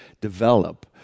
develop